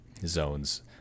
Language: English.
zones